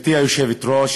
גברתי היושבת-ראש,